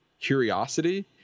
curiosity